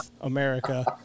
America